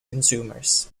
consumers